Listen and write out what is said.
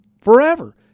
forever